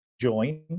join